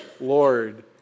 Lord